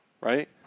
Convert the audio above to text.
right